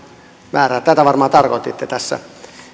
määrää tätä varmaan tarkoititte tässä